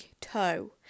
toe